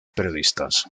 periodistas